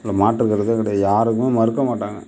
அதில் மாற்றுக்கருத்தே கிடையாது யாருமே மறுக்க மாட்டாங்க